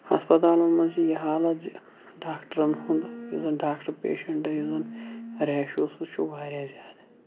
ہَسپَتالَن مَنٛز چھِ یہِ حالَت زِ ڈاکٹرن ہُنٛد یُس زَن ڈاکٹَر پیشَنٹ یُس زَن ریشیو سُہ چھُ واریاہ زیادٕ